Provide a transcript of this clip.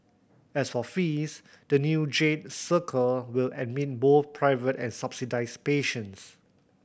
as for fees the new Jade Circle will admit both private and subsidised patients